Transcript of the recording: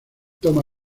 toma